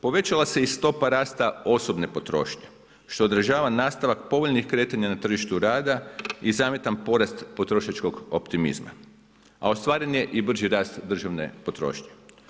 Povećala se i stopa rasta osobne potrošnje što odražava nastavak povoljnih kretanja na tržištu rada i zamjetan porast potrošačkog optimizma a ostvaren je i brži rast državne potrošnje.